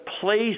place